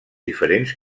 diferents